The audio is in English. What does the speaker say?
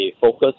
focus